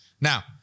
Now